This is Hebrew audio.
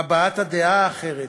הבעת הדעה האחרת,